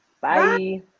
Bye